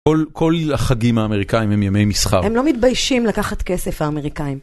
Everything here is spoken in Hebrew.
כל החגים האמריקאים הם ימי מסחר. הם לא מתביישים לקחת כסף האמריקאים.